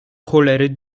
cholery